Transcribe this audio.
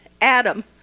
Adam